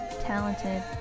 talented